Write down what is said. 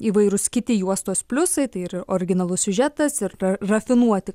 įvairūs kiti juostos pliusai tai ir originalus siužetas ir rafinuoti